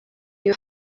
you